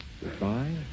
Goodbye